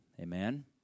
Amen